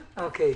אוקיי.